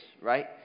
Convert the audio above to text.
right